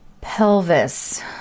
pelvis